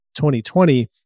2020